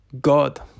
God